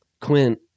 Quint